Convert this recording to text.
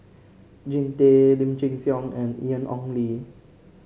Jean Tay Lim Chin Siong and Ian Ong Li